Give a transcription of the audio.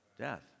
Death